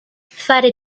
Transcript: fare